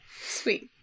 Sweet